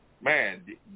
Man